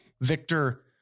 Victor